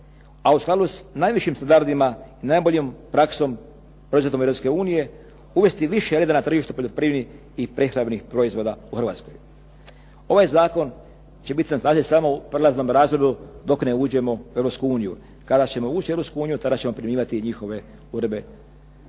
a u skladu sa najvišim standardima i najboljom praksom proizvodom Europske unije, uvesti više reda na tržištu poljoprivrednih i prehrambenih proizvoda u Hrvatskoj. Ovaj zakon će biti nastavljen samo u prelaznom razdoblju dok ne uđemo u Europsku uniju. Kada ćemo ući u Europsku uniju tada ćemo primjenjivati njihove uredbe.